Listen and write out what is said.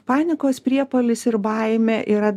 panikos priepuolis ir baimė yra